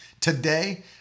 Today